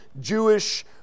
Jewish